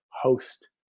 host